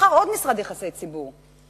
שכר עוד משרד יחסי ציבור.